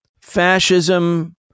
fascism